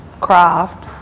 craft